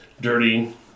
dirty